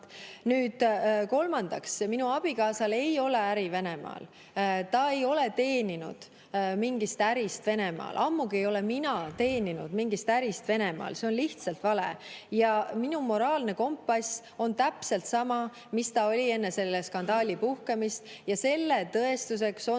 Kolmandaks, minu abikaasal ei ole äri Venemaal. Ta ei ole teeninud mingist ärist Venemaal, ammugi ei ole mina teeninud mingist ärist Venemaal. See on lihtsalt vale. Minu moraalne kompass on täpselt sama, mis ta oli enne selle skandaali puhkemist. Selle tõestuseks on